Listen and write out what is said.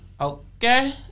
Okay